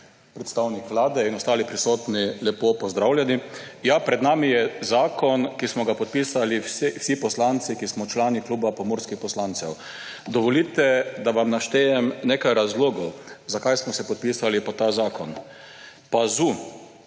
predstavnik Vlade in ostali prisotni, lepo pozdravljeni! Ja, pred nami je zakon, ki smo ga podpisali vsi poslanci, ki smo člani Kluba pomurskih poslancev. Dovolite, da vam naštejem nekaj razlogov, zakaj smo se podpisali pod ta zakon. PAZU,